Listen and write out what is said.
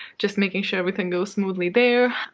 just making sure everything goes smoothly there.